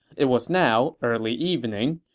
it was now early evening,